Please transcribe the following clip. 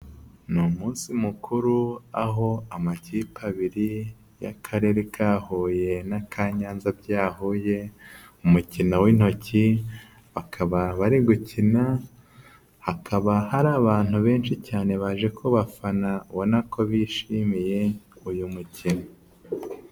Ni umunsi mukuru aho amakipe abiri y'Akarere ka Huye na ka Nyanza byahuye, umukino w'intoki, bakaba bari gukina, hakaba hari abantu benshi cyane baje kubafana ubona ko bishimiye uyu mukino.